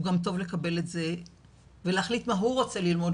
הוא גם טוב לקבל את זה ולהחליט מה הוא רוצה ללמוד,